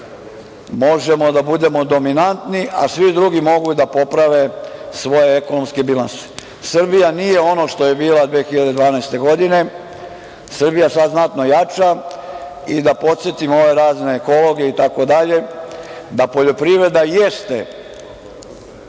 možemo da budemo dominantni, a svi drugi mogu da poprave svoje ekonomske bilanse. Srbija nije ono što je bila 2012. godine. Srbija je sada znatno jača. Da podsetim ove razne ekologe itd, da poljoprivreda jeste